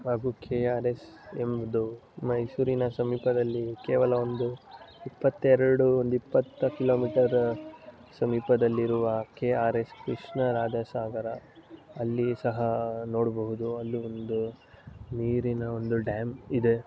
ಹಾಗೂ K R S ಎಂಬುದು ಮೈಸೂರಿನ ಸಮೀಪದಲ್ಲಿ ಕೇವಲ ಒಂದು ಇಪ್ಪತ್ತೆರಡು ಒಂದು ಇಪ್ಪತ್ತು ಕಿಲೋಮೀಟರ್ ಸಮೀಪದಲ್ಲಿರುವ K R S Krishna Raja Sagara ಅಲ್ಲಿ ಸಹ ನೋಡಬಹುದು ಅಲ್ಲೂ ಒಂದು ನೀರಿನ ಒಂದು ಡ್ಯಾಮ್ ಇದೆ